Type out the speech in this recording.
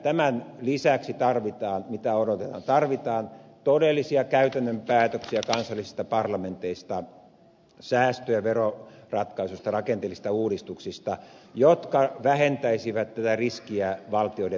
tämän lisäksi tarvitaan odotetaan todellisia käytännön päätöksiä kansallisista parlamenteista säästö ja veroratkaisuista rakenteellisista uudistuksista jotka vähentäisivät tätä riskiä valtioiden velkaloukusta